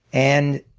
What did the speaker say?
and